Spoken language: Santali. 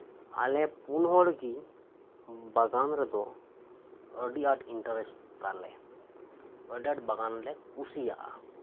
ᱟᱞᱮ ᱯᱩᱱ ᱦᱚᱲ ᱜᱮ ᱵᱟᱜᱟᱱ ᱨᱮᱫᱚ ᱟᱹᱰᱤ ᱟᱸᱴ ᱤᱱᱴᱟᱨᱮᱥᱴ ᱛᱟᱞᱮ ᱟᱹᱰᱤ ᱟᱸᱴ ᱵᱟᱜᱟᱱ ᱞᱮ ᱠᱩᱥᱤᱭᱟᱜᱼᱟ